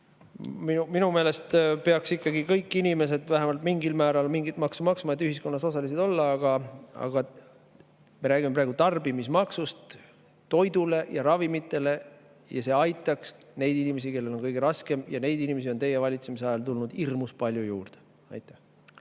Minu meelest peaksid kõik inimesed vähemalt mingil määral mingit maksu maksma, et ühiskonnas osalised olla. Aga me räägime praegu tarbimismaksust toidu ja ravimite puhul. Selle [langetamine] aitaks neid inimesi, kellel on kõige raskem. Neid inimesi on teie valitsemisajal tulnud hirmus palju juurde. Ei